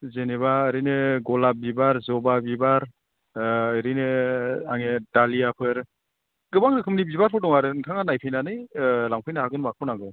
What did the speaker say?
जेनेबा ओरैनो गलाब बिबार जबा बिबार ओरैनो आंनि डालियाफोर गोबां रोखोमनि बिबारफोर दं आरो नोंथाङा नायफैनानै लांफैनो हागोन माखौ नांगौ